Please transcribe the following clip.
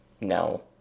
No